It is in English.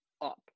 up